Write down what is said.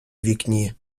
вікні